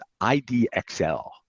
IDXL